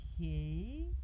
okay